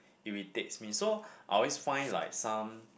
irritates me so I always find like some